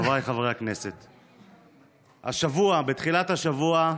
חבריי חברי הכנסת, השבוע, בתחילת השבוע,